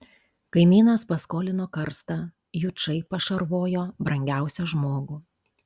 kaimynas paskolino karstą jučai pašarvojo brangiausią žmogų